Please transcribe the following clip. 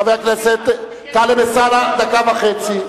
חבר הכנסת טלב אלסאנע, דקה וחצי.